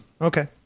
Okay